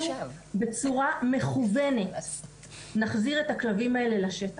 בצורה מכוונת נחזיר את הכלבים האלה לשטח.